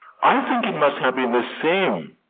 i think it must have been the same.